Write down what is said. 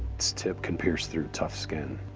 it's tip can pierce through tough skin,